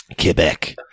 Quebec